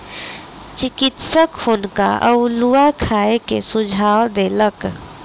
चिकित्सक हुनका अउलुआ खाय के सुझाव देलक